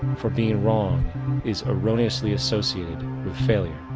for being wrong is erroneously associated with failure.